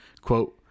Quote